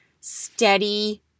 steady